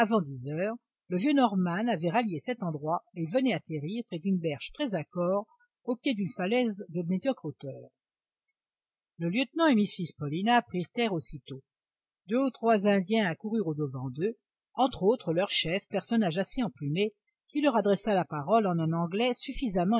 avant dix heures le vieux norman avait rallié cet endroit et il venait atterrir près d'une berge très accore au pied d'une falaise de médiocre hauteur le lieutenant et mrs paulina prirent terre aussitôt deux ou trois indiens accoururent au-devant d'eux entre autres leur chef personnage assez emplumé qui leur adressa la parole en un anglais suffisamment